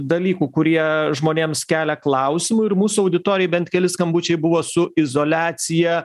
dalykų kurie žmonėms kelia klausimų ir mūsų auditorijai bent keli skambučiai buvo su izoliacija